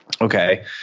okay